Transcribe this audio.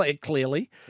clearly